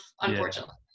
unfortunately